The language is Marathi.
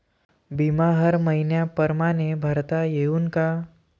बिमा हर मइन्या परमाने भरता येऊन का?